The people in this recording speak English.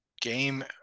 Game